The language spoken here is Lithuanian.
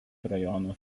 rajono